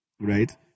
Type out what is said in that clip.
Right